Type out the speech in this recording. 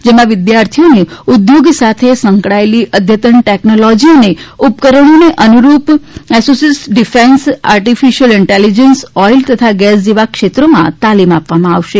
જેમાં વિદ્યાર્થીઓને ઉદ્યોગ સાથે સંકળાયેલી અદ્યતન ટેકનોલોજી અને ઉપકરણોને અનૂરૂપ એસોસીસ ડિફેન્સ આર્ટિફિશીયલ ઇન્ટેલીજન્સ ઓઇલ તથા ગેસ જેવા ક્ષેત્રોમાં તાલીમ આપવામાં આવશે